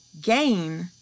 gain